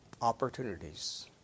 opportunities